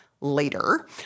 later